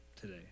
today